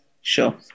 sure